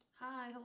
hi